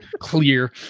clear